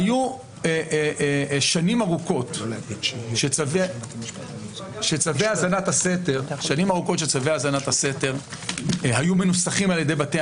היו שנים ארוכות שצווי האזנת הסתר היו מנוסחים על ידי בתי